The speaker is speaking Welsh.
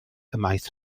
ymaith